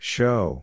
Show